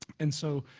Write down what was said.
and so,